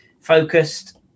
focused